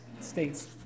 states